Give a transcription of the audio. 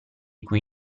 cui